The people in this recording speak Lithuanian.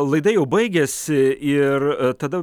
laida jau baigėsi ir tada